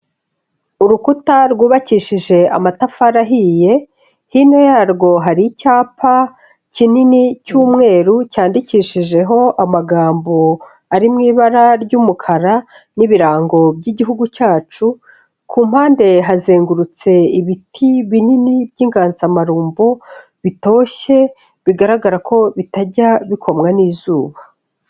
Urukuta rwubakishije amatafari ahiye, hino yarwo hari icyapa kinini cy'umweru cyandikishijeho amagambo ari mu ibara ry'umukara n'ibirango by'igihugu cyacu, ku mpande hazengurutse ibiti binini by'inganzamarumbo, bitoshye, bigaragara ko bitajya bikomwa n'izuba.